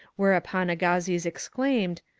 whereupon agassiz exclaimed,